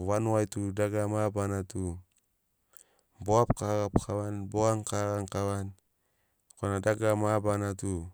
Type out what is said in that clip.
o vanugai tu dagara mabarana tu bo gabi kava gabi kavani bogani kava gani kavani korana dagara mabarana tu